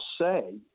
say